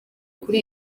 kuri